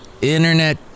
Internet